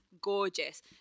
gorgeous